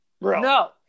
No